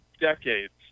decades